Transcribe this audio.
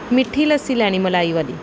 ਮਿੱਠੀ ਲੱਸੀ ਲੈਣੀ ਮਲਾਈ ਵਾਲੀ